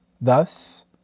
Thus